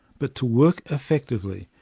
but to work effectively,